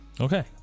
Okay